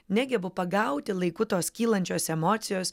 negebu pagauti laiku tos kylančios emocijos